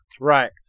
Right